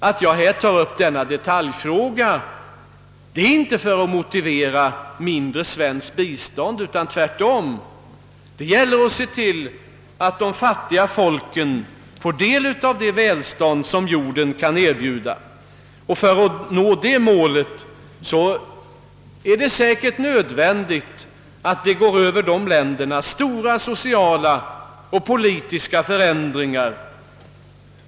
Att jag här tar upp denna detaljfråga beror inte på att jag därmed vill motivera ett mindre svenskt bistånd till uländerna. Tvärtom gäller det att se till att de fattiga folken får del av det välstånd som jorden kan erbjuda. För att nå det målet är det säkert nödvändigt att stora sociala och politiska förändringar sker i de länderna.